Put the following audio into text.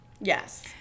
yes